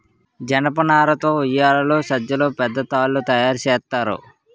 జనపనార తో ఉయ్యేలలు సజ్జలు పెద్ద తాళ్లు తయేరు సేత్తారు